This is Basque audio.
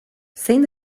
zein